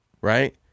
right